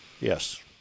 Yes